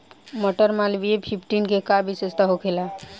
मटर मालवीय फिफ्टीन के का विशेषता होखेला?